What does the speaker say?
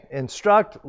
instruct